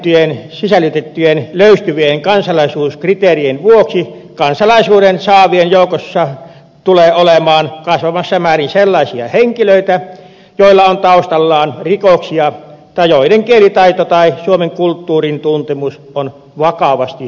lakiin sisällytettyjen löystyvien kansalaisuuskriteerien vuoksi kansalaisuuden saavien joukossa tulee olemaan kasvavassa määrin sellaisia henkilöitä joilla on taustallaan rikoksia tai joiden kielitaito tai suomen kulttuurin tuntemus on vakavasti puutteellinen